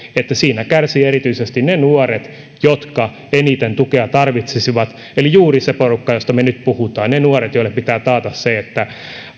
että siinä kärsivät erityisesti ne nuoret jotka eniten tukea tarvitsisivat eli juuri se porukka josta me nyt puhumme ne nuoret joille pitää taata se että